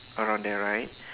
around there right